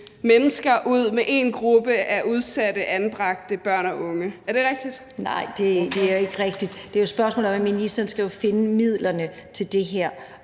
mennesker ud mod en gruppe udsatte anbragte børn og unge. Er det rigtigt? Kl. 20:00 Katarina Ammitzbøll (KF): Nej. Det er ikke rigtigt. Det er et spørgsmål om, at ministeren jo skal finde midlerne til det her,